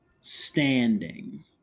standing